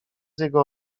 jego